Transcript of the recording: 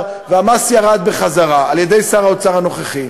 והמס ירד בחזרה על-ידי שר האוצר הנוכחי.